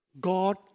God